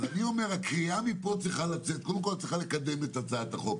אני קורא לך להמשיך לקדם את הצעת החוק,